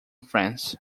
france